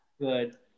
good